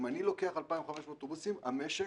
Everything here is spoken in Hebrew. אם אני לוקח 2,500 אוטובוסים המשק,